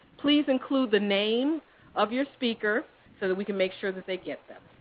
please include the name of your speaker so that we can make sure that they get them.